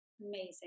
Amazing